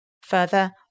Further